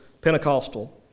Pentecostal